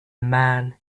man